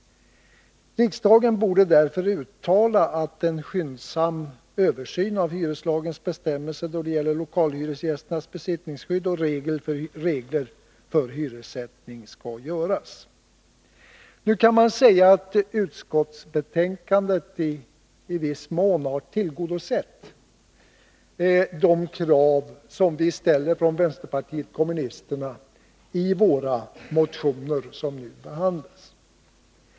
Riksdagen borde därför uttala att en skyndsam översyn av hyreslagens bestämmelser då det gäller lokalhyresgästernas besittningsskydd och regler för hyressättningen skall göras. Nu kan man säga att utskottsbetänkandet i viss mån har tillgodosett de krav som vi från vänsterpartiet kommunisterna ställer i de av våra motioner som nu behandlas.